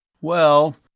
Well